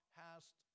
hast